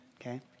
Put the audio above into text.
okay